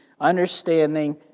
understanding